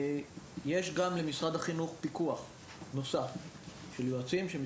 יש למשרד החינוך פיקוח נוסף של יועצים שאנחנו מפעילים,